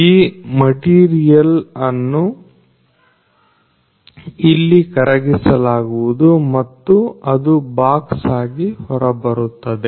ಈ ಮಟೀರಿಯಲ್ ಅನ್ನ ಇಲ್ಲಿ ಕರಗಿಸಲಾಗುವುದು ಮತ್ತು ಅದು ಬಾಕ್ಸ್ ಆಗಿ ಹೊರಬರುತ್ತದೆ